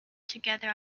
together